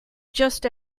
just